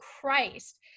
Christ